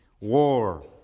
War